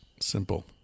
Simple